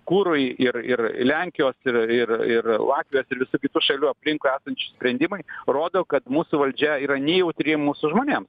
kurui ir ir lenkijos ir ir ir latvijos ir visų kitų šalių aplinkui esančių sprendimai rodo kad mūsų valdžia yra nejautri mūsų žmonėms